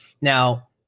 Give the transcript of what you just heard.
Now